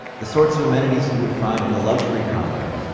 the sorts of amenities you would find in a luxury condo.